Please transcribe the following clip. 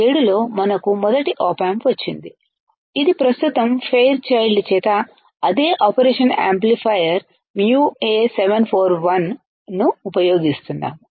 1967 లో మనకు మొదటి ఆప్ ఆంప్ వచ్చింది ఇది ప్రస్తుతం ఫెయిర్చైల్డ్ చేత అదే ఆపరేషన్ యాంప్లిఫైయర్ మ్యూఎ 741ను ఉపయోగిస్తున్నాము